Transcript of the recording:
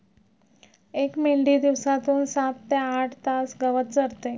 एक मेंढी दिवसातून सात ते आठ तास गवत चरते